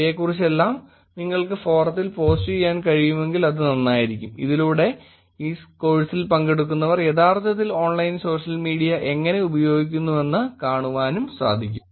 ഇതിനെക്കുറിച്ചെല്ലാം നിങ്ങൾക്ക് ഫോറത്തിൽ പോസ്റ്റുചെയ്യാൻ കഴിയുമെങ്കിൽ അത് നന്നായിരിക്കും ഇതിലൂടെ ഈ കോഴ്സിൽ പങ്കെടുക്കുന്നവർ യഥാർത്ഥത്തിൽ ഓൺലൈൻ സോഷ്യൽ മീഡിയ എങ്ങനെ ഉപയോഗിക്കുന്നുവെന്ന് കാണുവാനും സാധിക്കും